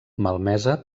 malmesa